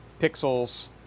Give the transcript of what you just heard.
pixels